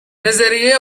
نظریه